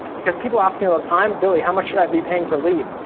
because people ask me all the time, billy how much should i be paying per lead?